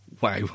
wow